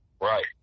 Right